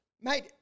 Mate –